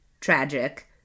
tragic